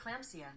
Preeclampsia